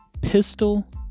Pistol